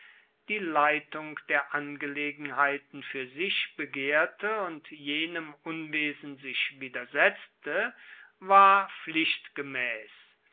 die leitung der angelegenheiten fuer sich begehrte und jenem unwesen sich widersetzte war